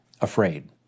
afraid